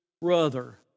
brother